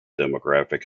demographic